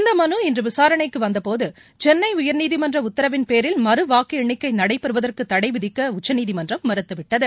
இந்த மனு இன்று விசாரணைக்கு வந்தபோது சென்னை உயர்நீதிமன்ற உத்தரவின்பேரில் மறு வாக்கு எண்ணிக்கை நடைபெறுவதற்கு தடைவிதிக்க உச்சநீதிமன்றம் மறுத்து விட்டது